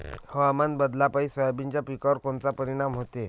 हवामान बदलापायी सोयाबीनच्या पिकावर कोनचा परिणाम होते?